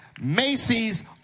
Macy's